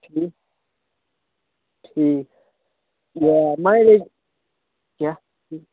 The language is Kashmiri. ٹھیٖک ٹھیٖک یہِ مَلیج کیٛاہ